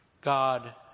God